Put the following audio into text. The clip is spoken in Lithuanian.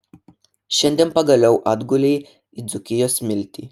šiandien pagaliau atgulei į dzūkijos smiltį